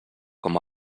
com